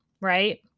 Right